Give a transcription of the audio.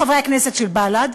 חברי הכנסת של בל"ד,